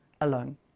alone